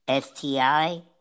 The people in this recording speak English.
STI